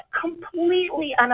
completely